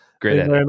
great